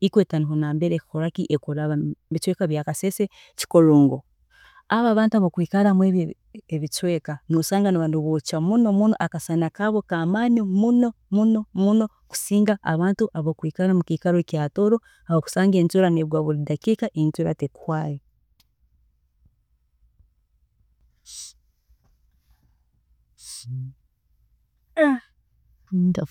equator nambere ekukoraki, ekuraba, mubicweeka bya Kasese kikorongo, abo abantu abakwiikare mwebi ebicweeka nosanga nibaba nibokya muno muno, akasana kaabo kamaani muno muno kusinga abantu abakwiikara mubicweeka ebya tooro nambere enjura eyikara negwa buri kanya